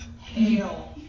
hail